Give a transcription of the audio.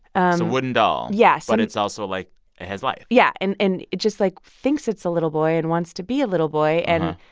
and wooden doll yes but it's also, like it has life yeah. and and it just, like, thinks it's a little boy and wants to be a little boy. and,